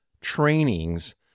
trainings